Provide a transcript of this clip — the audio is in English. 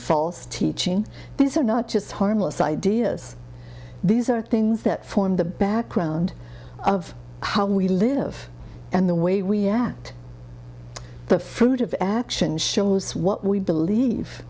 false teaching these are not just harmless ideas these are things that form the background of how we live and the way we act the fruit of action shows what we believe